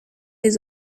les